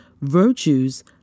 virtues